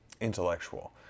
intellectual